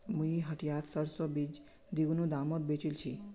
मुई हटियात सरसोर बीज दीगुना दामत बेचील छि